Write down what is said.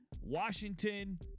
Washington